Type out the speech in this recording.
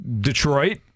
Detroit